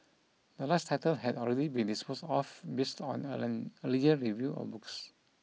the last title had already been disposed off based on an earlier review of books